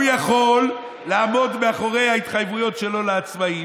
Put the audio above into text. הוא יכול לעמוד מאחורי ההתחייבויות שלו לעצמאים,